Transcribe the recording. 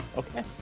okay